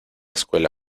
escuela